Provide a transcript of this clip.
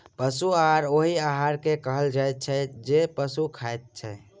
पशु आहार ओहि आहार के कहल जाइत छै जे पशु खाइत छै